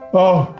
oh,